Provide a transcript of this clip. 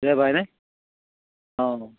অঁ